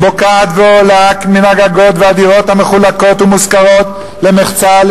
היא בוקעת ועולה מן הגגות והדירות המחולקות והמושכרות למחצה,